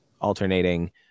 alternating